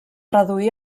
reduir